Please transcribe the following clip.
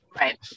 right